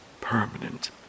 permanent